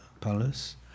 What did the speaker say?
Palace